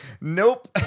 Nope